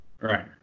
Right